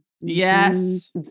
Yes